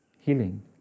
healing